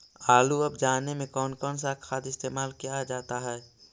आलू अब जाने में कौन कौन सा खाद इस्तेमाल क्या जाता है?